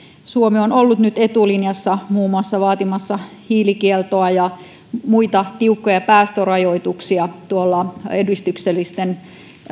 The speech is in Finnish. suomi on ollut nyt etulinjassa muun muassa vaatimassa hiilikieltoa ja muita tiukkoja päästörajoituksia tuolla edistyksellisten